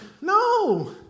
no